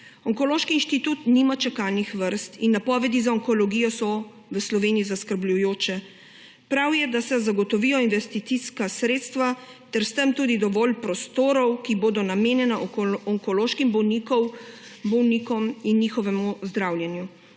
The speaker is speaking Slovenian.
Onkološki inštitut nima čakalnih vrst in napovedi za onkologijo so v Sloveniji zaskrbljujoče. Prav je, da se zagotovijo investicijska sredstva ter s tem tudi dovolj prostorov, ki bodo namenjeni onkološkim bolnikom in njihovemu zdravljenju.